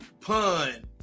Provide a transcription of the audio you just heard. pun